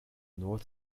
north